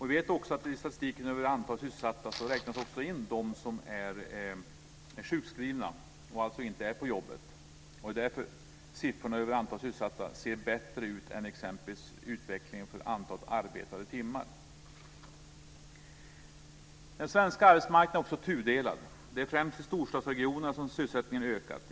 Vi vet att i statistiken över antalet sysselsatta räknas också de som är sjukskriva in, trots att de inte är på jobbet. Det är därför siffrorna över antalet sysselsatta ser bättre ut än exempelvis utvecklingen för antalet arbetade timmar. Den svenska arbetsmarknaden är också tudelad. Det är främst i storstadsregionerna som sysselsättningen ökat.